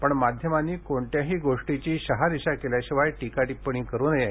पण माध्यमांनीकोणत्याही गोष्टीची शहानिशा केल्याशिवाय टीकाटिपण्णी करू नये